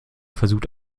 versucht